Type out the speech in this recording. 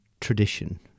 tradition